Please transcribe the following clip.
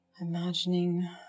Imagining